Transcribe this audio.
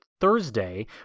Thursday